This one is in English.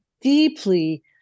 deeply